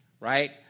Right